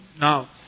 Now